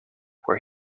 where